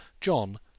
John